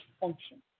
function